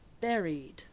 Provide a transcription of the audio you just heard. buried